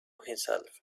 himself